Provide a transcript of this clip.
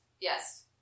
Yes